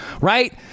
right